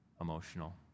emotional